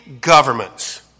governments